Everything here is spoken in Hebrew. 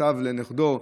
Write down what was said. מסב לנכדו.